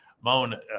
Moan